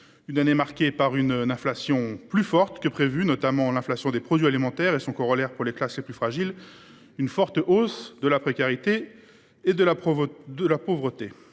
a été marquée par une inflation plus forte que prévu, notamment sur les produits alimentaires, et par son corollaire pour les classes les plus fragiles : une forte hausse de la précarité et de la pauvreté.